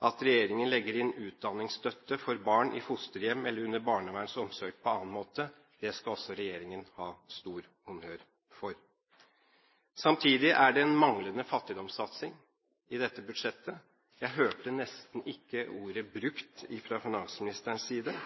At regjeringen legger inn utdanningsstøtte for barn i fosterhjem eller under barnevernsomsorg på annen måte, skal også regjeringen ha stor honnør for. Samtidig er det en manglende fattigdomssatsing i dette budsjettet. Jeg hørte nesten ikke ordet brukt fra finansministerens side